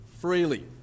freely